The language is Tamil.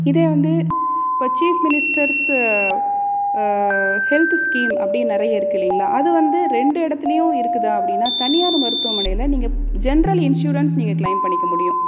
இதே வந்து இப்போ சீஃப் மினிஸ்டர்ஸ் ஹெல்த் ஸ்கீம் அப்படி நிறைய இருக்குது இல்லைங்களா அது வந்து ரெண்டு இடத்துலியும் இருக்குதா அப்படின்னா தனியார் மருத்துவமனையில் நீங்கள் ஜென்ரல் இன்சூரன்ஸ் நீங்கள் கிளைம் பண்ணிக்க முடியும்